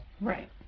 Right